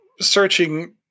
searching